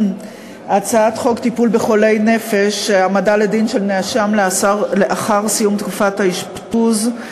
הצעת חוק טיפול בחולי נפש (העמדה לדין של נאשם לאחר סיום תקופת האשפוז)